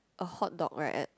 a hot dog right at